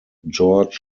george